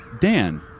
Dan